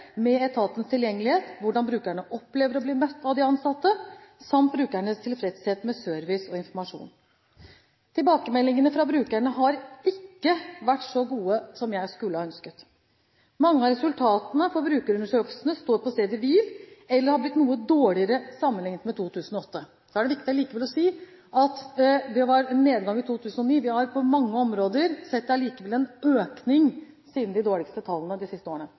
med etatens tilgjengelighet, hvordan brukerne opplever å bli møtt av de ansatte samt brukernes tilfredshet med service og informasjon. Tilbakemeldingene fra brukerne har ikke vært så gode som jeg skulle ha ønsket. Mange av resultatene fra brukerundersøkelsene står på stedet hvil, eller har blitt noe dårligere sammenlignet med 2008. Så er det likevel viktig å si at det var en nedgang i 2009. Vi har på mange områder likevel sett en økning de siste årene siden de dårligste tallene.